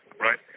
right